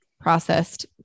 processed